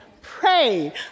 Pray